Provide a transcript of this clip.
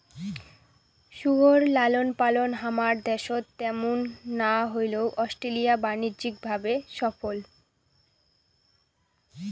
শুয়োর লালনপালন হামার দ্যাশত ত্যামুন না হইলেও অস্ট্রেলিয়া বাণিজ্যিক ভাবে সফল